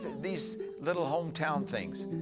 these little hometown things,